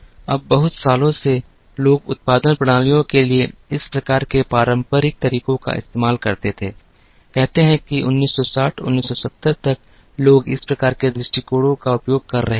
अब बहुत सालों से लोग उत्पादन प्रणालियों के लिए इस प्रकार के पारंपरिक तरीकों का इस्तेमाल करते थे कहते हैं कि 1960 1970 तक लोग इस प्रकार के दृष्टिकोणों का उपयोग कर रहे थे